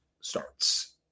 starts